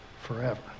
forever